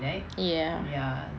ya